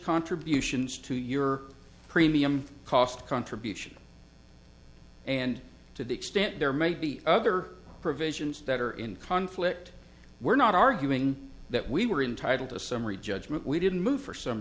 contributions to your premium cost contribution and to the extent there may be other provisions that are in conflict we're not arguing that we were entitle to summary judgment we didn't move for s